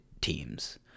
teams